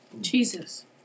Jesus